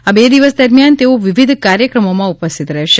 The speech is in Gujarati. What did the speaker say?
આ બે દિવસ દરમ્યાન તેઓ વિવિધ કાર્યક્રમોમાં ઉપસ્થિત રહેશે